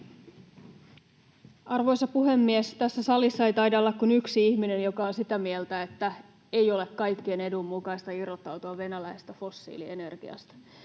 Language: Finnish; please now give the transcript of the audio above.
Arvoisa puhemies! Tässä salissa ei taida olla kuin yksi ihminen, joka on sitä mieltä, että ei ole kaikkien edun mukaista irrottautua venäläisestä fossiilienergiasta.